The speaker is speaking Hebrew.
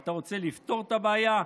אתה רוצה לפתור את הבעיה?